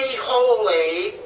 holy